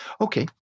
Okay